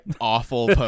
awful